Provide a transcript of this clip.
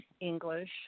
English